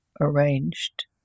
arranged